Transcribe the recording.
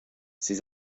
ses